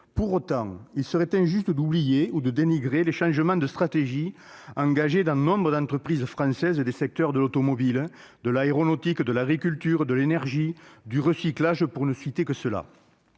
Pour autant, il serait injuste d'oublier ou de dénigrer les changements de stratégie engagés dans nombre d'entreprises françaises des secteurs de l'automobile, de l'aéronautique, de l'agriculture, de l'énergie ou du recyclage, par exemple.